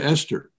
Esther